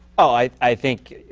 ah i i think